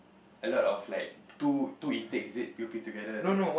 a lot of like two two intakes is it p_o_p together is it